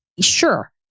sure